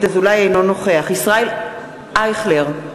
אינו נוכח ישראל אייכלר,